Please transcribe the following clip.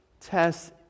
tests